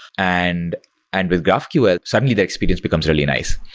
and and with graphql, suddenly their experience becomes really nice.